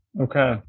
okay